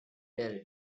dell